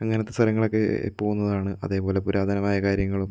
അങ്ങനത്തെ സ്ഥലങ്ങളൊക്കെ പോകുന്നതാണ് അതേപോലെ പുരാതനമായ കാര്യങ്ങളും